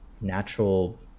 natural